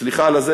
סליחה על הביטוי,